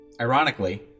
Ironically